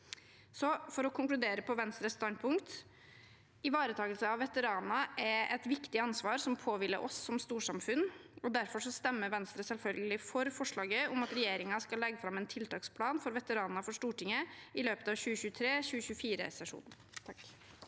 For å konkludere om Venstres standpunkt: Ivaretakelse av veteraner er et viktig ansvar som påhviler oss som storsamfunn, og derfor stemmer Venstre selvfølgelig for forslaget om at regjeringen skal legge fram en tiltaksplan for veteraner for Stortinget i løpet av 2023– 2024-sesjonen.